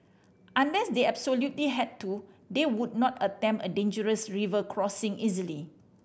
unless they absolutely had to they would not attempt a dangerous river crossing easily